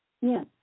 Yes